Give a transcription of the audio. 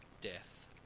death